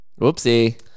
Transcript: Whoopsie